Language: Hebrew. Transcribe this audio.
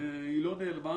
היא לא נעלמה